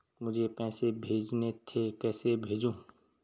मुझे पैसे भेजने थे कैसे भेजूँ?